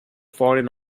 foreign